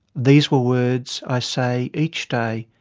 these were words i say each day,